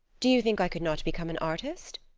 do you think i could not become an artist?